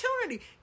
opportunity